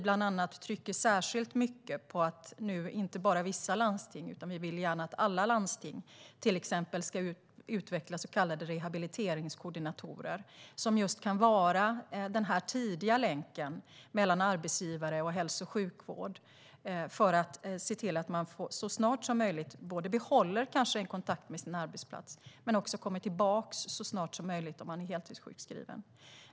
Bland annat trycker vi särskilt mycket på att vi gärna vill att inte bara vissa utan alla landsting till exempel ska utveckla så kallade rehabiliteringskoordinatorer, som just kan vara den tidiga länken mellan arbetsgivare och hälso och sjukvård. Det handlar om att se till att människor både kanske behåller en kontakt med sin arbetsplats och kommer tillbaka så snart som möjligt om de är heltidssjukskrivna.